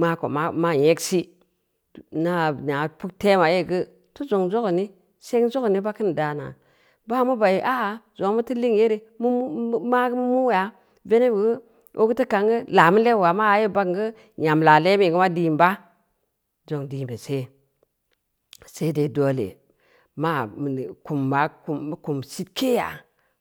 mako maa nyeg si, ina nya puktema yee geu teu zong zoga ni song zoga nib a kin deana, bimgna mu bai ah ah zongna mu teu ling yere, magu mu maya, venebu geu, ogeu teu kaangu laamu le’u wau mu aye bagn guu nyam laa le’muyi geu ma dan, ba, zong diin be se, sede doole maa kumma mu kum sitkeya.